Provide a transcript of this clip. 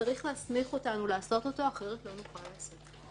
שצריך להסמיך אותנו לעשות אותו אחרת לא נוכל לעשות את זה.